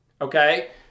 okay